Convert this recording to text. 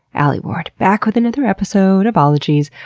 alie ward. back with another episode of ologies.